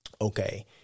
Okay